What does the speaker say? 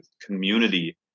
community